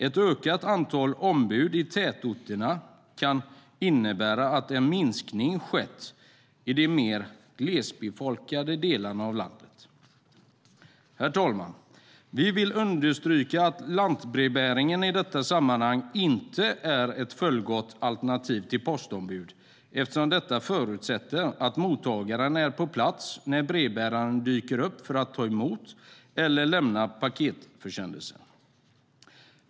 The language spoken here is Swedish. Ett ökat antal ombud i tätorterna kan innebära att en minskning har skett i de mer glesbefolkade delarna av landet. Vi vill understryka att lantbrevbäringen inte är ett fullgott alternativ till postombud i detta sammanhang, eftersom det förutsätter att mottagaren är på plats när brevbäraren dyker upp för att ta emot eller lämna paketförsändelser.